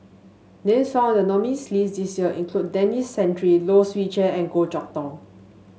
names found in the nominees' list this year include Denis Santry Low Swee Chen and Goh Chok Tong